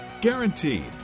guaranteed